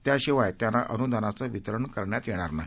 त्याशिवायत्यांनाअनुदानाचेवितरणकरण्यातयेणारनाही